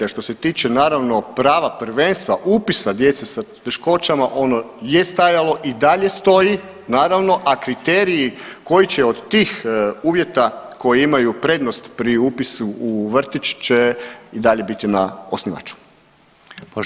A što se tiče naravno prava prvenstva upisa djece sa teškoća ono je stajalo i dalje stoji naravno, a kriteriji koji će od tih uvjeta koji imaju prednost pri upisu u vrtić će i dalje biti na osnivaču.